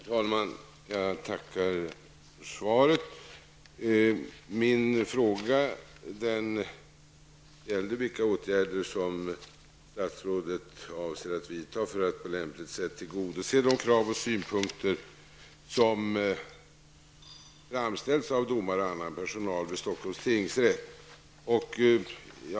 Herr talman! Jag tackar för svaret. Min fråga gällde vilka åtgärder statsrådet avser vidta för att på lämpligt sätt tillgodose de krav och synpunkter som framställts av domare och annan personal vid Stockholms tingsrätt.